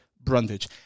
brundage